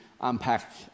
unpack